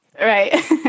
Right